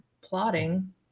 plotting